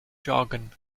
jargon